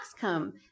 come